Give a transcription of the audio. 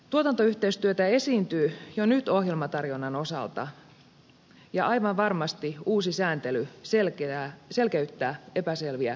tuotantoyhteistyötä esiintyy jo nyt ohjelmatarjonnan osalta ja aivan varmasti uusi sääntely selkeyttää epäselviä käytänteitä